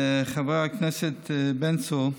חבר הכנסת בן צור,